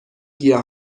گیاه